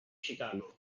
chicago